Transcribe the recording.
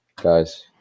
guys